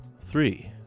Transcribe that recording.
three